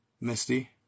Misty